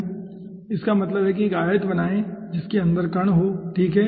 इसका मतलब है कि एक आयत बनाएं जिसके अंदर कण हो ठीक है